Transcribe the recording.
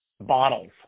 bottles